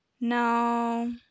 No